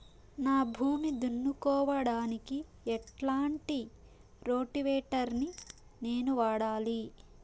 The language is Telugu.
నా భూమి దున్నుకోవడానికి ఎట్లాంటి రోటివేటర్ ని నేను వాడాలి?